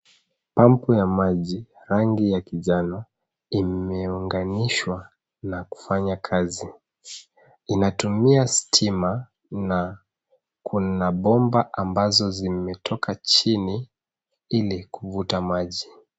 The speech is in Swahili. Pampu ya maji, rangi ya kinjano imeunganishwa na kufanya kazi. Inatumia stima na kuna bomba ambazo zimetoka chini ili kuvuta maji.